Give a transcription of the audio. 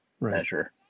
measure